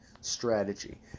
strategy